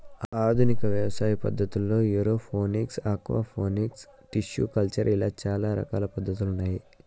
ఆధునిక వ్యవసాయ పద్ధతుల్లో ఏరోఫోనిక్స్, ఆక్వాపోనిక్స్, టిష్యు కల్చర్ ఇలా చానా రకాల పద్ధతులు ఉన్నాయి